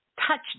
Touch